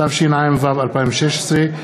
התשע"ו 2016,